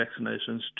vaccinations